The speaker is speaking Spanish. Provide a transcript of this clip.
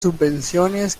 subvenciones